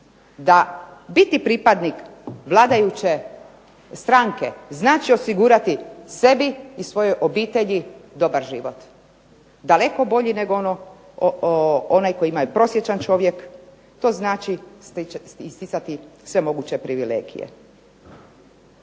da biti pripadnik vladajuće stranke znači osigurati sebi i svojoj obitelji dobar život, daleko bolji nego onaj kojeg ima prosječan čovjek. To znači sticati sve moguće privilegije.